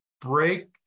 break